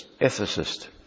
ethicist